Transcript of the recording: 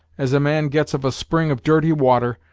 as a man gets of a spring of dirty water,